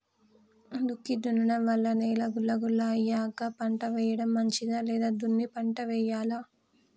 దుక్కి దున్నడం వల్ల నేల గుల్ల అయ్యాక పంట వేయడం మంచిదా లేదా దున్ని పంట వెయ్యాలా?